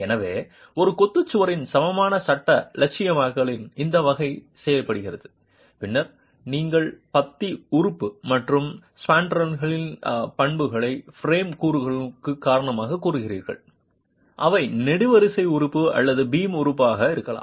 எனவே ஒரு கொத்து சுவரின் சமமானசட்ட இலட்சியமயமாக்கலின் இந்த வகை செய்யப்படுகிறது பின்னர் நீங்கள் பத்திஉறுப்பு மற்றும் ஸ்பான்ட்ரலின் பண்புகளை பிரேம் கூறுகளுக்கு காரணம் கூறுகிறீர்கள் அவை நெடுவரிசை உறுப்பு அல்லது பீம் உறுப்பு ஆக இருக்கலாம்